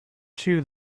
too